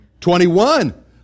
Twenty-one